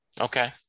Okay